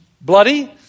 bloody